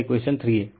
यह इक्वेशन 3 है